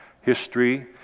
history